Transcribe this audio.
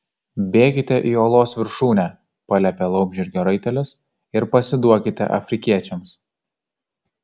bėkite į uolos viršūnę paliepė laumžirgio raitelis ir pasiduokite afrikiečiams